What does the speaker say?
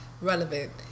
relevant